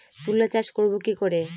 তুলা চাষ করব কি করে?